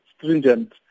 stringent